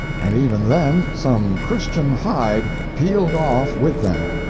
and even then some christian hide peeled off with them.